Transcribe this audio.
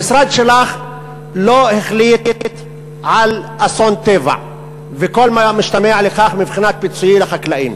המשרד שלך לא החליט על אסון טבע וכל המשתמע מכך מבחינת פיצויים לחקלאים.